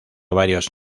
varios